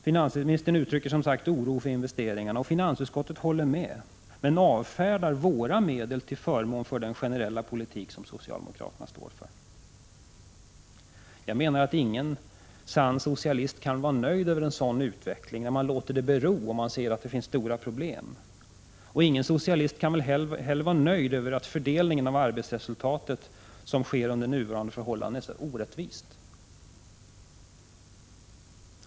Finansutskottet håller med finansministern men avfärdar våra medel till förmån för den generella politik som socialdemokraterna står för. Ingen sann socialist kan vara nöjd med en utveckling där man låter stora problem bero. Ingen sann socialist kan väl heller vara nöjd med att fördelning av arbetsresultat sker så orättvist som under nuvarande förhållanden.